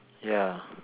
ya